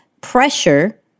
pressure